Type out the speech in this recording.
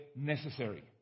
necessary